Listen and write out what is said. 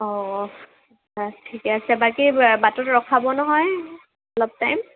অঁ বাচ ঠিকে আছে বাকী বাটত ৰখাব নহয় অলপ টাইম